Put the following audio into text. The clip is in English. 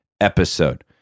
episode